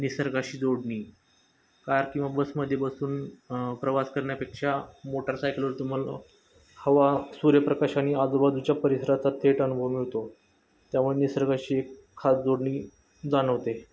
निसर्गाशी जोडणी कार किंवा बसमध्ये बसून प्रवास करण्यापेक्षा मोटरसायकलवर तुम्हाला हवा सूर्यप्रकाश आणि आजूबाजूच्या परिसरचा थेट अनुभव मिळतो त्यामुळे निसर्गाशी एक खास जोडणी जाणवते